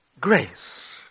Grace